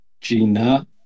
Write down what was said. Gina